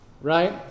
right